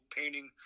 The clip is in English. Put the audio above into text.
painting